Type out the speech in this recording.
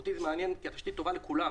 אותי זה מעניין כי התשתית טובה לכולם,